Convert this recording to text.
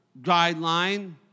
guideline